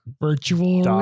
Virtual